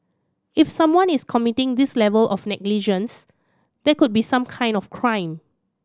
if someone is committing this level of negligence there could be some kind of crime